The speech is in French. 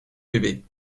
bébés